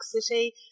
City